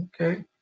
Okay